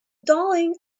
darling